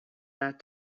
that